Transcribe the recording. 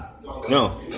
No